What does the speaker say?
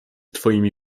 twoimi